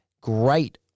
great